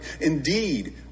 indeed